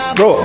Bro